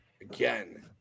again